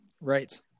Right